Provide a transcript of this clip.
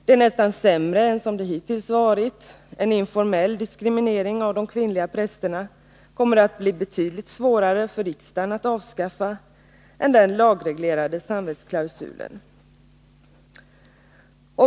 Det är nästan sämre än det hittills har varit. En informell diskriminering av de kvinnliga prästerna kommer att bli betydligt svårare att avskaffa för riksdagen än den lagreglerade samvetsklausulen.